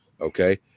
okay